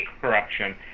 corruption